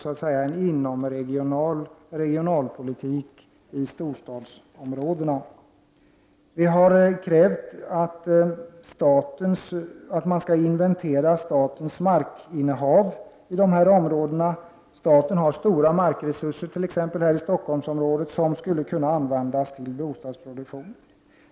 Det betyder att man får en inomregional regionalpolik i storstadsområdena. För det tredje har vi krävt att statens markinnehav skall inventeras i berörda områden. Staten har stora markresurser i exempelvis Stockholmsområdet som skulle kunna användas till bostadsproduktion.